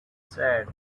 said